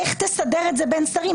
איך תסדר את זה בין שרים?